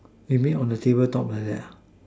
you mean on the table top like that ah